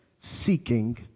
seeking